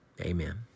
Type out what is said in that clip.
Amen